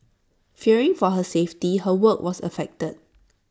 fearing for her safety her work was affected